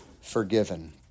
forgiven